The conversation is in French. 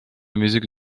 musique